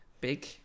big